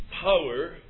power